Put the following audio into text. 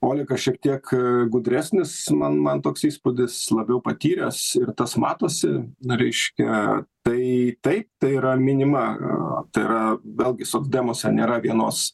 olekas šiek tiek gudresnis man man toks įspūdis labiau patyręs ir tas matosi reiškia tai taip tai yra minima tai yra vėlgi socdemuose nėra vienos